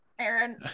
Aaron